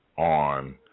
On